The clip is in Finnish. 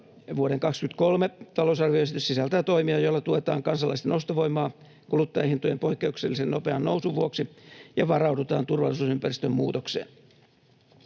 Vuoden 23 talousarvioesitys sisältää toimia, joilla tuetaan kansalaisten ostovoimaa kuluttajahintojen poikkeuksellisen nopean nousun vuoksi ja varaudutaan turvallisuusympäristön muutokseen.